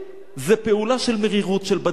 זו פעולה של מרירות, של בדלנות.